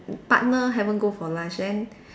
partner haven't go for lunch then